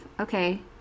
okay